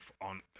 on